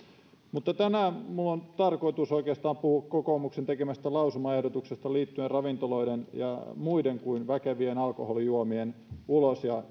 tänään minulla on tarkoitus oikeastaan puhua kokoomuksen tekemästä lausumaehdotuksesta liittyen ravintoloiden muiden kuin väkevien alkoholijuomien ulos ja